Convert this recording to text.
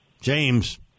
James